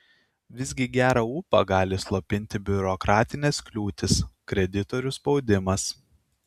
visgi gerą ūpą gali slopinti biurokratinės kliūtys kreditorių spaudimas